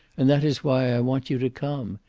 and that is why i want you to come.